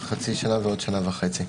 חצי שנה ועוד שנה וחצי.